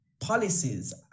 policies